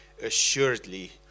Assuredly